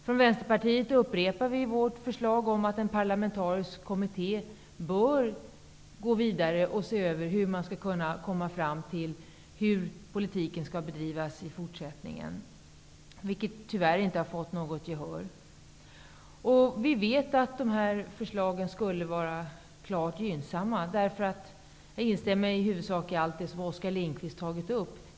Vi i Vänsterpartiet upprepar vårt förslag om att en parlamentarisk kommitté skall se över bostadspolitiken, hur den skall bedrivas i fortsättningen, vilket tyvärr inte har fått gehör. Vi vet att våra förslag skulle vara klart gynnsamma. Jag instämmer i huvudsak i allt det som Oskar Lindkvist tog upp.